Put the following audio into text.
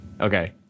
okay